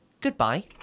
goodbye